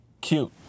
cute